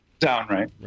downright